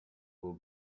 will